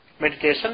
meditation